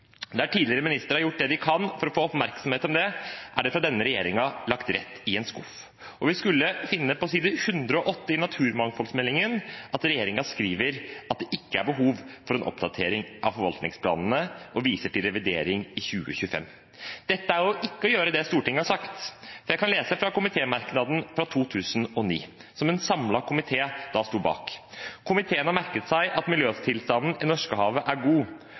Der tidligere ministere har gjort det de kan for å få oppmerksomhet om det, er det av denne regjeringen lagt rett i en skuff. Vi finner på side 108 i naturmangfoldsmeldingen at regjeringen skriver at det ikke er behov for en oppdatering av forvaltningsplanene, og viser til revidering i 2025. Dette er ikke å gjøre det Stortinget har sagt. Jeg kan lese fra komitémerknaden fra 2009, som en samlet komité sto bak: «Komiteen har merket seg at miljøtilstanden i Norskehavet er god,